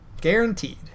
Guaranteed